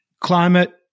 climate